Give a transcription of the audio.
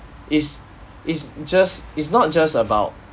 is is just it's not just about